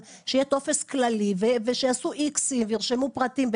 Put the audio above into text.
שיהיה טופס כללי ושיעשו איקסים וירשמו פרטים,